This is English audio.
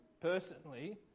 personally